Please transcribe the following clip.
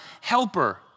helper